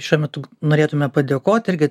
šiuo metu norėtume padėkoti irgi